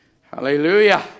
Hallelujah